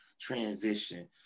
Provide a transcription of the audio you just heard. transition